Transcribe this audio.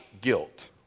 guilt